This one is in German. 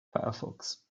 firefox